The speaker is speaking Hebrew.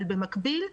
אבל במקביל,